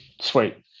sweet